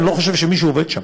אני לא חושב שמישהו עובד שם.